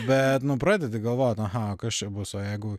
bet nu pradedi galvot aha kas čia bus o jeigu